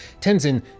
Tenzin